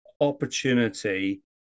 opportunity